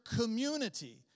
community